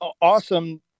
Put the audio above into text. awesome